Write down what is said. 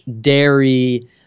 dairy